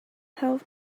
half